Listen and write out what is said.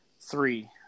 three